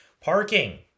parking